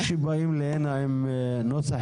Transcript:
או שמגיעים הנה עם נוסח